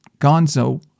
gonzo